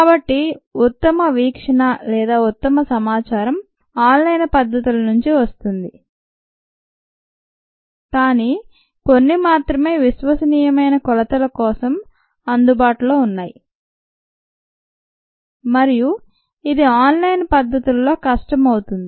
కాబట్టి ఉత్తమ వీక్షణ లేదా ఉత్తమ సమాచారం ఆన్ లైన్ పద్ధతుల నుండి వస్తుంది కానీ కొన్ని మాత్రమే విశ్వసనీయమైన కొలతల కోసం అందుబాటులో ఉన్నాయి మరియు ఇది ఆన్ లైన్ పద్ధతులతో కష్టం అవుతుంది